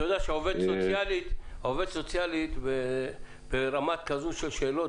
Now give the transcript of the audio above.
אתה יודע שעובדת סוציאלית ברמה כזו של שאלות